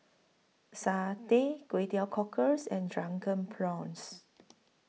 Satay Kway Teow Cockles and Drunken Prawns